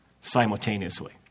simultaneously